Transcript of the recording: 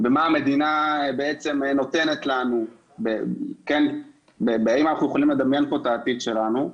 במה שהמדינה נותנת לנו והאם אנחנו יכולים לדמיין פה את העתיד שלנו.